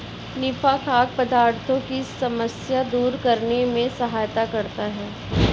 निफा खाद्य पदार्थों की समस्या दूर करने में सहायता करता है